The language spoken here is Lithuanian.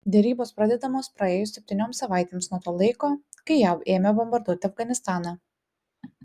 derybos pradedamos praėjus septynioms savaitėms nuo to laiko kai jav ėmė bombarduoti afganistaną